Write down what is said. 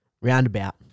Roundabout